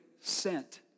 sent